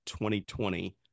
2020